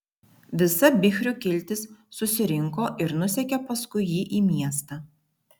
visa bichrių kiltis susirinko ir nusekė paskui jį į miestą